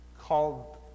called